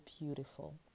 beautiful